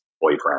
boyfriend